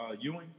Ewing